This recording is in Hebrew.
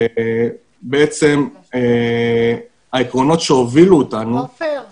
הלוואי שכולם היו כמו חברת